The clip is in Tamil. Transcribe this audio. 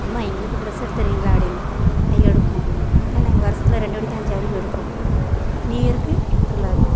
எம்மா எங்களுக்கு ட்ரெஸ் எடுத்து தருவீங்களா அப்படின்னு எடுப்போம் ஏன்னால் நாங்கள் வருஷத்துல ரெண்டு வாட்டி தான் ஜவுளி எடுப்போம் நியூ இயருக்கு திருவிழாக்கு